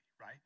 right